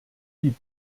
die